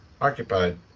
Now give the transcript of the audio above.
occupied